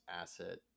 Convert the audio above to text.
asset